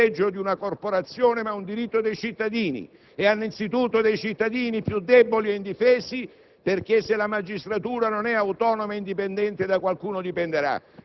Ho nostalgia di una magistratura che faceva valere i diritti dei cittadini innovando nella giurisprudenza, nel diritto del lavoro, nella tutela del danno biologico*.